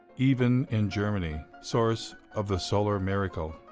even in germany, source of the solar miracle.